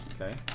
Okay